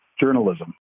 journalism